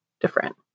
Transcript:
different